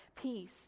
peace